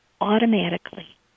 automatically